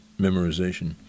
memorization